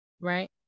Right